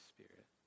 Spirit